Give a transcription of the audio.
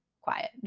quiet